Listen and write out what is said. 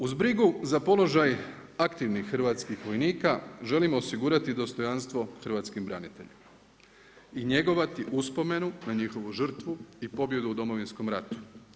Uz brigu za položaj aktivnih hrvatskih vojnika, želimo osigurati dostojanstvo hrvatskim braniteljima i njegovati uspomenu na njihovu žrtvu i pobjedu u Domovinskom ratu.